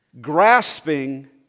grasping